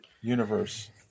universe